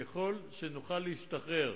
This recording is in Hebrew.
ככל שנוכל להשתחרר